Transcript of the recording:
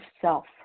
self